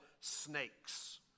snakes